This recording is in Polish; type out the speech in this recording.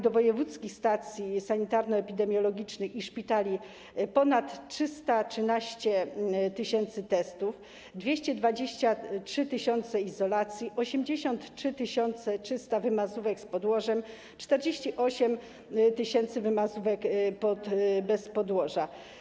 Do wojewódzkich stacji sanitarno-epidemiologicznych i szpitali zostało przekazanych ponad 313 tys. testów, 223 tys. izolacji, 83 300 wymazówek z podłożem, 48 tys. wymazówek bez podłoża.